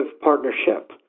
partnership